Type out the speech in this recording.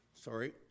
Sorry